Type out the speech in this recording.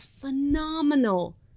phenomenal